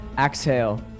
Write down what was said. exhale